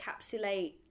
encapsulate